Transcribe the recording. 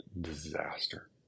disaster